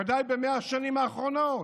ודאי ב-100 השנים האחרונות.